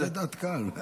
הן מעצבות דעת קהל.